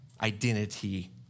identity